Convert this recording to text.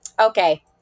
okay